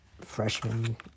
Freshman